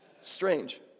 Strange